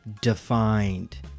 defined